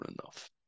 enough